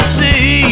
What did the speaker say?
see